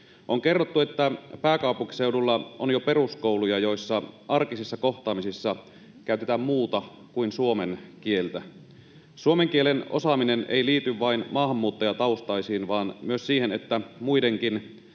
On kerrottu, että pääkaupunkiseudulla on jo peruskouluja, joissa arkisissa kohtaamisissa käytetään muuta kuin suomen kieltä. Suomen kielen osaaminen ei liity vain maahanmuuttajataustaisiin vaan myös siihen, että muidenkin,